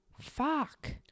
Fuck